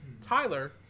tyler